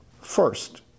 first